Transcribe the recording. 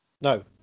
no